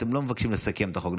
אתם לא מבקשים לסכם את החוק,